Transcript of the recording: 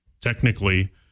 technically